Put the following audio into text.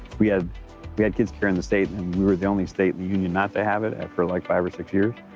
we had we had kidscare in the state, and we were the only state in the union not to have it and for like five or six years.